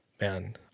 man